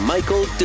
Michael